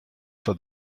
for